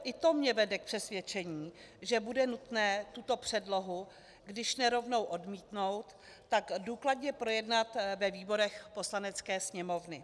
I to mě vede k přesvědčení, že bude nutné tuto předlohu když ne rovnou odmítnout, tak důkladně projednat ve výborech Poslanecké sněmovny.